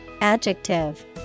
Adjective